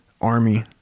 army